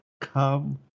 come